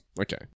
Okay